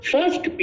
First